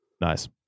Nice